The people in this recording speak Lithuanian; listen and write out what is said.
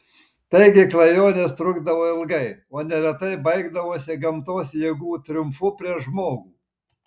taigi klajonės trukdavo ilgai o neretai baigdavosi gamtos jėgų triumfu prieš žmogų